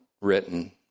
written